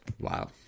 Wow